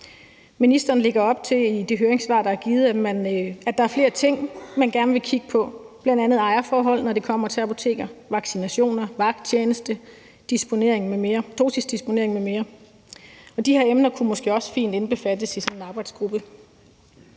der er givet, op til, at der er flere ting, man gerne vil kigge på, bl.a. ejerforhold, når det kommer til apoteker, vaccinationer, vagttjeneste, dosisdisponering m.m. Og de her emner kunne måske også fint indbefattes i sådan en arbejdsgruppe.